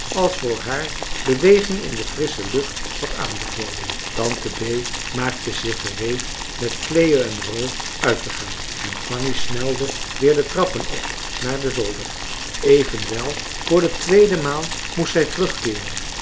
als voor haar beweging in de frissche lucht had aanbevolen tante bee maakte zich gereed met cleo en ro uittegaan en fanny snelde weer de trappen op naar den zolder evenwel voor de tweede maal moest zij terugkeeren